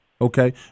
Okay